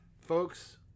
Folks